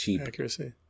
accuracy